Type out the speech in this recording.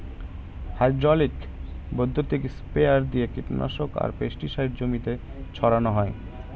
hydraulic বৈদ্যুতিক sprayer দিয়ে কীটনাশক আর পেস্টিসাইড জমিতে ছড়ান হয়